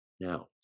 now